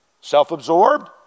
self-absorbed